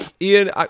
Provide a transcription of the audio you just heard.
Ian